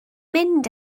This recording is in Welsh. mynd